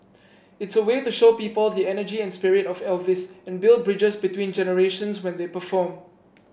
it's a way to show people the energy and spirit of Elvis and build bridges between generations when they perform